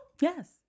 Yes